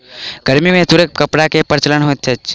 गर्मी में तूरक कपड़ा के प्रचलन होइत अछि